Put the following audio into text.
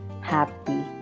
happy